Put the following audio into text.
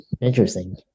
interesting